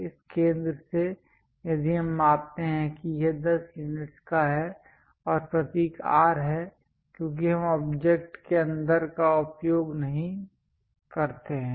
इस केंद्र से यदि हम मापते हैं कि यह 10 यूनिट्स का है और प्रतीक R है क्योंकि हम ऑब्जेक्ट के अंदर का उपयोग नहीं करते हैं